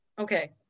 Okay